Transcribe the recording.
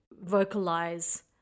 vocalize